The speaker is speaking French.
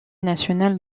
nationale